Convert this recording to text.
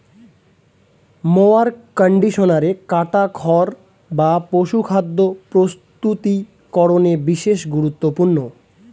mower কন্ডিশনারে কাটা খড় বা পশুখাদ্য প্রস্তুতিকরনে বিশেষ গুরুত্বপূর্ণ